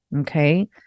Okay